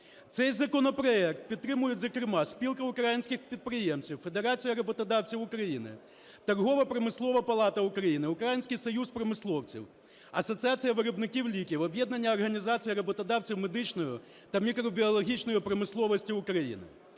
Цей законопроект підтримують зокрема: Спілка українських підприємців, Федерація роботодавців України, Торгово-промислова палата України, Український союз промисловців, Асоціація виробників ліків, "Об'єднання організацій роботодавців медичної та мікробіологічної промисловості України".